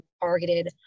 targeted